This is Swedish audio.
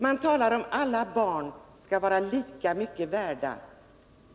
Man talar om att alla barn skall vara lika mycket värda.